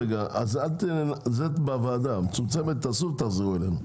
תשבו בוועדה המצומצמת ותחזרו אלינו.